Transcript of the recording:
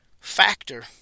factor